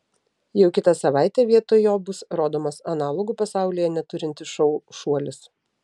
jau kitą savaitę vietoj jo bus rodomas analogų pasaulyje neturintis šou šuolis